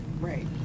Right